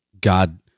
God